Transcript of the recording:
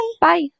Bye